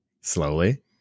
slowly